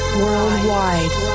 worldwide